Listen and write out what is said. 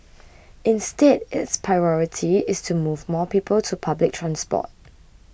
instead its priority is to move more people to public transport